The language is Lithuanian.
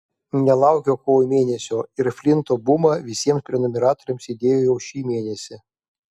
nelaukiau kovo mėnesio ir flinto bumą visiems prenumeratoriams įdėjau jau šį mėnesį